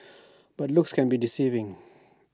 but looks can be deceiving